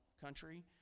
country